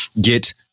get